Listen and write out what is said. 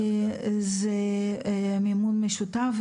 זה מימון משותף,